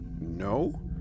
no